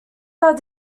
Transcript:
are